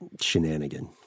shenanigan